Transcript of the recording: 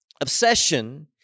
Obsession